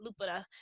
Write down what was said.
Lupita